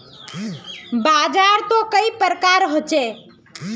बाजार त कई प्रकार होचे?